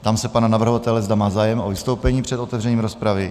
Ptám se pana navrhovatele, zda má zájem o vystoupení před otevřením rozpravy.